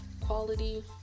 quality